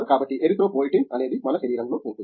కాబట్టి ఎరిథ్రోపోయిటిన్ అనేది మన శరీరంలో ఉంటుంది